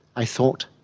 i thought,